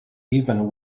even